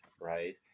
right